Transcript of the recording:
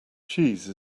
cheese